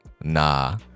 nah